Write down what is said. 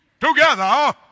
together